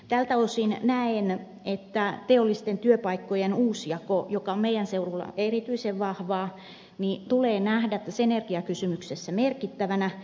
tältä osin näen että teollisten työpaikkojen uusjako joka meidän seudullamme on erityisen vahvaa tulee nähdä tässä energiakysymyksessä merkittävänä